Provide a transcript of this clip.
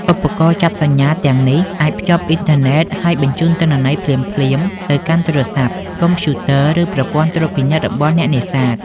ឧបករណ៍ចាប់សញ្ញាទាំងនេះអាចភ្ជាប់អ៊ីនធឺណិត ហើយបញ្ជូនទិន្នន័យភ្លាមៗទៅកាន់ទូរស័ព្ទ កុំព្យូទ័រ ឬប្រព័ន្ធត្រួតពិនិត្យរបស់អ្នកនេសាទ។